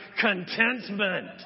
contentment